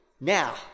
now